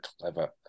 clever